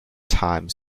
time